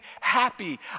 happy